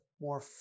more